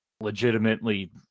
Legitimately